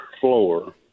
floor